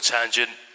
Tangent